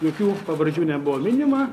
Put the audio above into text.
jokių pavardžių nebuvo minima